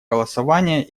голосования